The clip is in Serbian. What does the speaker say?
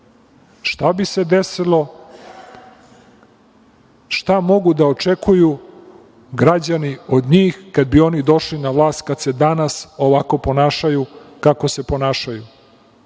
šta bi se desilo, šta mogu da očekuju građani od njih kad bi oni došli na vlast, kad se danas ovako ponašaju, kako se ponašaju,